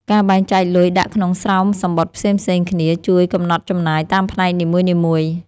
ការបែងចែកលុយដាក់ក្នុងស្រោមសំបុត្រផ្សេងៗគ្នា ជួយកំណត់ចំណាយតាមផ្នែកនីមួយៗ។